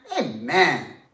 Amen